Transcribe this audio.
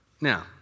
Now